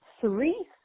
three